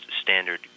standard